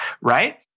right